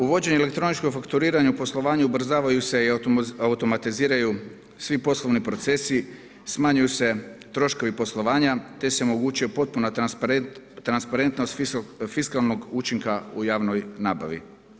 Uvođenje elektroničkog fakturiranja u poslovanje ubrzavaju se i automatiziraju svi poslovni procesi, smanjuju se troškovi poslovanja, te se omogućuje potpuna transparentnost fiskalnog učinka u javnoj nabavi.